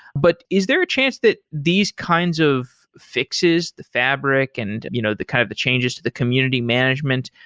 but is there a chance that these kinds of fixes, the fabric and you know the kind of the changes to the community management,